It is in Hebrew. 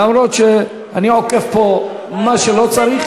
למרות שאני עוקף פה מה שלא צריך,